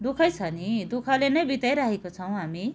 दुःखै छ नि दुःखले नै बिताई रहेका छौँ हामी